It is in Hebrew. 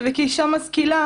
וכאישה משכילה.